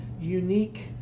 unique